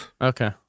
Okay